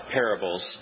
parables